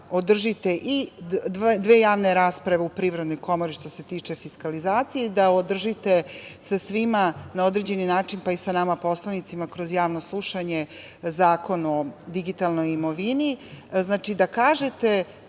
održite i dve javne rasprave u Privrednoj komori što s tiče fiskalizacije, da održite sa svima na određeni način, pa i sa nama poslanicima kroz javno slušanje, Zakon o digitalnoj imovini.